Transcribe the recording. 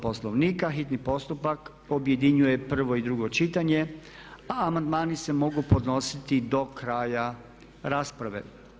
Poslovnika hitni postupak objedinjuje prvo i drugo čitanja, a amandmani se mogu podnositi do kraja rasprave.